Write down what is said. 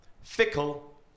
Fickle